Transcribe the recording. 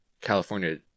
California